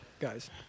Guys